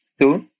two